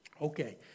Okay